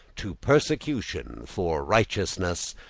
to persecution for righteousness,